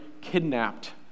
kidnapped